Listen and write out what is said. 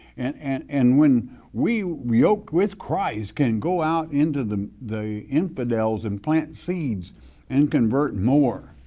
and and and when we we yoke with christ can go out into the the infidels and plant seeds and convert more.